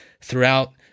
throughout